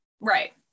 Right